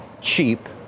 cheap